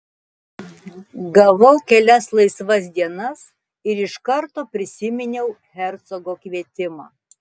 gavau kelias laisvas dienas ir iš karto prisiminiau hercogo kvietimą